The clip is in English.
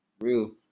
Real